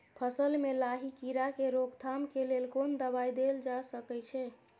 फसल में लाही कीरा के रोकथाम के लेल कोन दवाई देल जा सके छै?